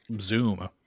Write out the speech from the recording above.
zoom